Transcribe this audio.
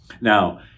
Now